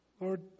Lord